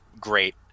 great